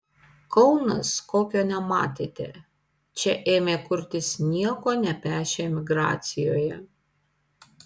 kaunas kokio nematėte čia ėmė kurtis nieko nepešę emigracijoje